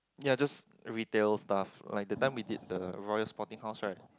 ya just retail stuffs like that time we did the royal sporting house right